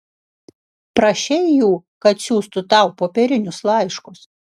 prašei jų kad siųstų tau popierinius laiškus